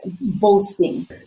Boasting